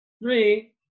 Three